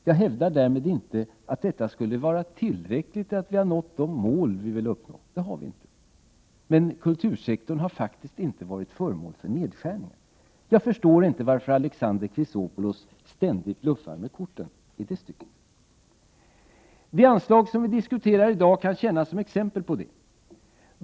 Jag hävdar därmed inte att detta skulle vara tillräckligt och att vi har nått de mål som vi vill uppnå. Det har vi inte. Men kultursektorn har faktiskt inte varit föremål för nedskärningar. Jag förstår inte varför Alexander Chrisopoulos ständigt bluffar med korten. Det anslag som vi diskuterar i dag kan tjäna som exempel på det.